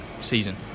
season